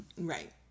Right